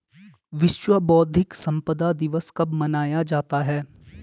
विश्व बौद्धिक संपदा दिवस कब मनाया जाता है?